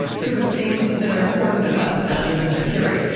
sort of, things that are important about the founders and their fury.